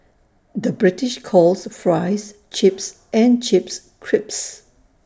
the British calls Fries Chips and Chips Crisps